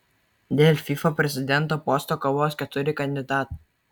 dėl fifa prezidento posto kovos keturi kandidatai